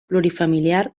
plurifamiliar